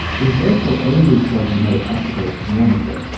resveratrol only as far as we know activates one of them,